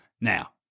Now